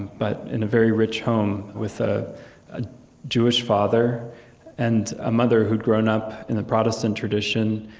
but in a very rich home, with ah a jewish father and a mother who'd grown up in the protestant tradition.